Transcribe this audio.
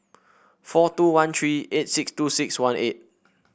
four two one three eight six two six one eight